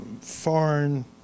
foreign